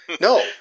No